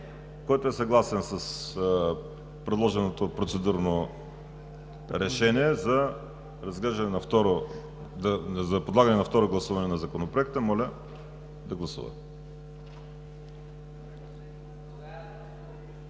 Който е съгласен с предложеното процедурно решение за подлагане на второ гласуване на Законопроекта, моля да гласува.